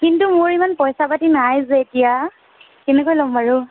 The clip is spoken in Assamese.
কিন্তু মোৰ ইমান পইচা পাতি নাই যে এতিয়া কেনেকৈ ল'ম বাৰু